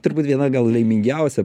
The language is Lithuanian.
turbūt viena gal laimingiausia